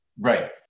Right